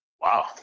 wow